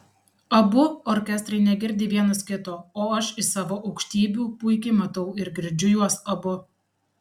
abu orkestrai negirdi vienas kito o aš iš savo aukštybių puikiai matau ir girdžiu juos abu